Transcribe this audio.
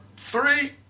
three